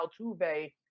Altuve